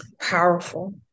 Powerful